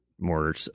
more